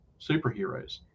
superheroes